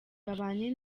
babanye